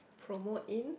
promote in